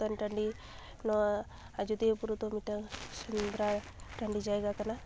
ᱥᱩᱛᱟᱹᱱ ᱴᱟᱺᱰᱤ ᱱᱚᱣᱟ ᱟᱡᱚᱫᱤᱭᱟᱹ ᱵᱩᱨᱩ ᱫᱚ ᱢᱤᱫᱴᱟᱝ ᱥᱮᱸᱫᱽᱨᱟ ᱴᱟᱺᱰᱤ ᱡᱟᱭᱜᱟ ᱠᱟᱱᱟ